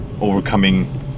overcoming